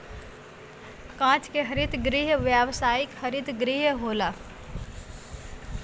कांच के हरित गृह व्यावसायिक हरित गृह होला